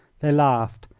they laughed,